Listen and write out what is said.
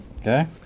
Okay